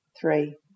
three